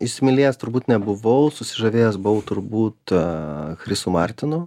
įsimylėjęs turbūt nebuvau susižavėjęs buvau turbūt chrisu martinu